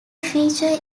feature